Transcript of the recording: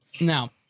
Now